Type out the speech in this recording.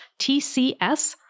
TCS